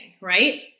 Right